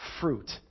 fruit